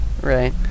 Right